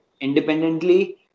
independently